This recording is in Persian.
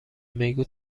میگو